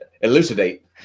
elucidate